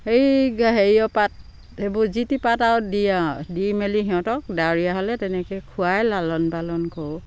সেই হেৰিয়ৰ পাত সেইবোৰ যিটি পাত আৰু দিওঁ আৰু দি মেলি সিহঁতক ডাৱৰীয়া হ'লে তেনেকে খোৱাই লালন পালন কৰোঁ